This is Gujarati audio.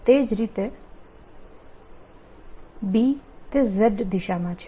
એ જ રીતે B એ Z દિશામાં છે